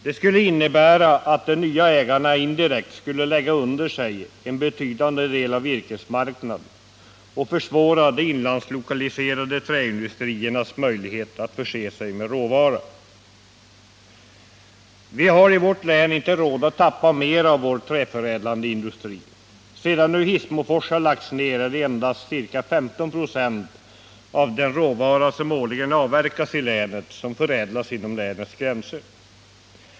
Det skulle innebära att de nya ägarna indirekt skulle lägga under sig en betydande del av virkesmarknaden och försämra de inlandslokaliserade träindustriernas möjligheter att förse sig med råvara. Vi har i vårt län inte råd att tappa mer av vår träförädlande industri. Sedan Hissmofors har lagts ned är det endast ca 15 96 av den i länet årligen avverkade råvaran som förädlas inom länets gränser.